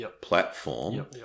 platform